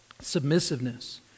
submissiveness